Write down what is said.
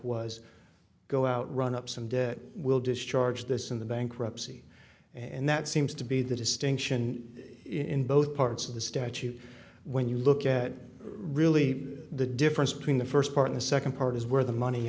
was go out run up some debt will discharge this in the bankruptcy and that seems to be the distinction in both parts of the statute when you look at really the difference between the first part and second part is where the money